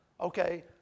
Okay